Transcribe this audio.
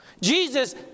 Jesus